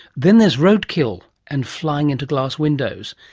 then there's roadkill and flying into glass windows,